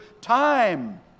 time